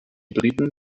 briten